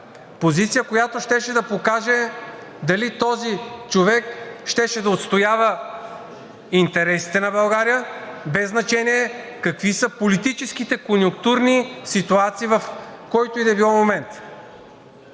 позиция, която щеше да покаже дали този човек щеше да отстоява интересите на България без значение какви са политическите конюнктурни ситуации, в който и да е било момент.